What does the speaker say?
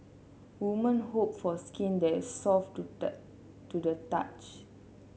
women hope for skin that is soft to the to the touch